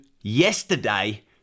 yesterday